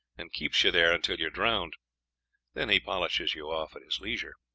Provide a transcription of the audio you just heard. and keeps you there until you are drowned then he polishes you off at his leisure.